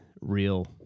real